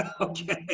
okay